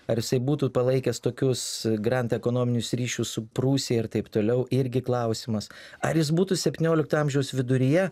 ar jisai būtų palaikęs tokius grand ekonominius ryšius su prūsija ir taip toliau irgi klausimas ar jis būtų septyniolikto amžiaus viduryje